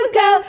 go